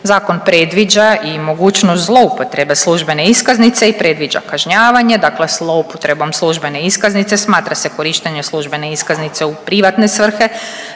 Zakon predviđa i mogućnost zloupotrebe službene iskaznice i predviđa kažnjavanje, dakle zloupotrebom službene iskaznice smatra se korištenje službene iskaznice u privatne svrhe